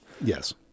Yes